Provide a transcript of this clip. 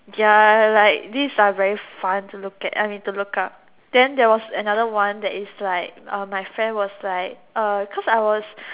ya like these are very fun to look at I mean to look up then there was another one that is like uh my friend was like uh cause I was